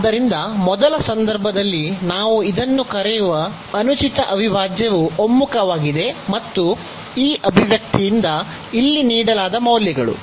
ಆದ್ದರಿಂದ ಮೊದಲ ಸಂದರ್ಭದಲ್ಲಿ ನಾವು ಇದನ್ನು ಕರೆಯುವ ಅನುಚಿತ ಅವಿಭಾಜ್ಯವು ಒಮ್ಮುಖವಾಗಿದೆ ಮತ್ತು ಈ ಅಭಿವ್ಯಕ್ತಿಯಿಂದ ಇಲ್ಲಿ ನೀಡಲಾದ ಮೌಲ್ಯಗಳು